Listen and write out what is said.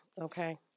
okay